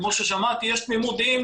יש לנו ניסיון.